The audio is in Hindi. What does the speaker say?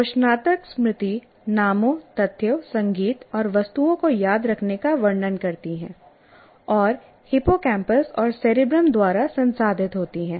घोषणात्मक स्मृति नामों तथ्यों संगीत और वस्तुओं को याद रखने का वर्णन करती है और हिप्पोकैम्पस और सेरेब्रम द्वारा संसाधित होती है